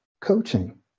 coaching